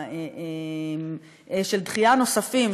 הנוספים,